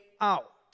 out